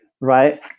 Right